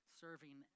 serving